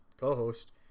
co-host